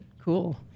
Cool